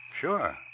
Sure